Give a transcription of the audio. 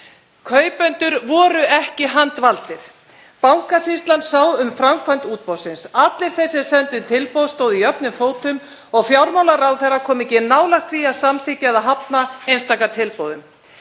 Kaupendur voru ekki handvaldir, Bankasýslan sá um framkvæmd útboðsins. Allir þeir sem sendu tilboð stóðu jöfnum fótum og fjármálaráðherra kom ekki nálægt því að samþykkja eða hafna einstaka tilboðum.